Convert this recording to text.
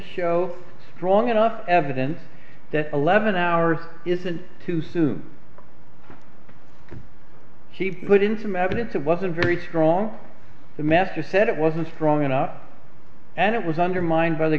show strong enough evidence that eleven hours isn't too soon he put in some evidence it wasn't very strong the master said it wasn't strong enough and it was undermined